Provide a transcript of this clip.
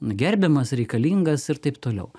gerbiamas reikalingas ir taip toliau